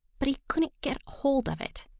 but he couldn't get hold of it.